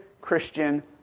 Christian